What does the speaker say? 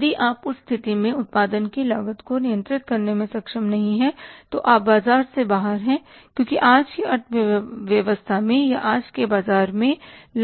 यदि आप उस स्थिति में उत्पादन की लागत को नियंत्रित करने में सक्षम नहीं हैं तो आप बाजार से बाहर हैं क्योंकि आज की अर्थव्यवस्था में या आज के बाजार में